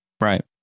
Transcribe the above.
Right